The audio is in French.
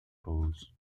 pause